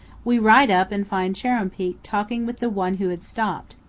we ride up and find chuar'ruumpeak talking with the one who had stopped.